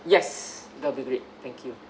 yes that'll be great thank you